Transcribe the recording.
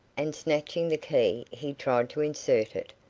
and snatching the key he tried to insert it,